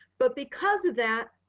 but because of that,